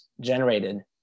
generated